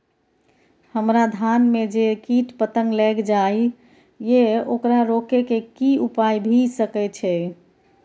हमरा धान में जे कीट पतंग लैग जाय ये ओकरा रोके के कि उपाय भी सके छै?